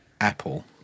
Apple